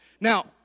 now